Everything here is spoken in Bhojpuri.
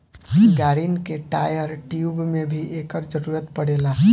गाड़िन के टायर, ट्यूब में भी एकर जरूरत पड़ेला